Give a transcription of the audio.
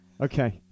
Okay